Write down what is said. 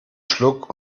schluck